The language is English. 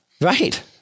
right